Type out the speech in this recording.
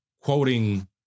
quoting